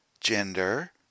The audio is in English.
gender